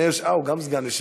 אה, הוא גם סגן יושב-ראש.